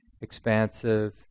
expansive